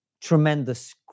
tremendous